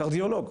קרדיולוג.